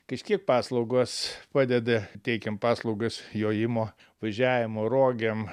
kažkiek paslaugos padeda teikiam paslaugas jojimo važiavimo rogėm